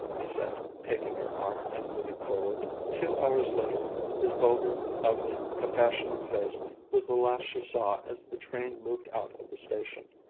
he said, taking her arm and moving forward. two hours later his vulgar, ugly, compassionate face was the last she saw as the train moved out of the station.